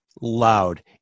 loud